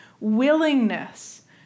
willingness